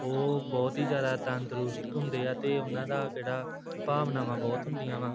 ਉਹ ਬਹੁਤ ਹੀ ਜ਼ਿਆਦਾ ਤੰਦਰੁਸਤ ਹੁੰਦੇ ਆ ਅਤੇ ਉਹਨਾਂ ਦਾ ਜਿਹੜਾ ਭਾਵਨਾਵਾਂ ਬਹੁਤ ਹੁੰਦੀਆਂ ਵਾ